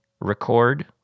record